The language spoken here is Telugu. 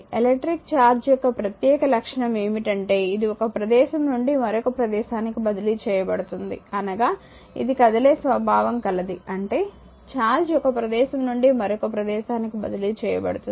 ఎలక్ట్రిక్ ఛార్జ్ యొక్క ప్రత్యేక లక్షణం ఏమిటంటే ఇది ఒక ప్రదేశం నుండి మరొక ప్రదేశానికి బదిలీ చేయబడుతుంది అనగా ఇది కదిలే స్వభావం కలది అంటే ఛార్జ్ ఒక ప్రదేశం నుండి మరొక ప్రదేశానికి బదిలీ చేయబడుతుంది